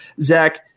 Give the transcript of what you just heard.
Zach